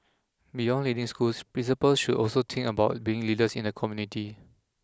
beyond leading schools principals should also think about being leaders in the community